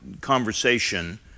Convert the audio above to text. conversation